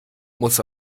muss